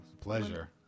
Pleasure